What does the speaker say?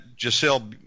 Giselle